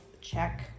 check